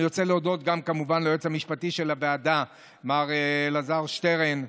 אני רוצה להודות גם ליועץ המשפטי של הוועדה מר אלעזר שטרן,